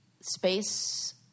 space